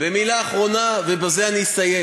מילה אחרונה, ובזה אסיים.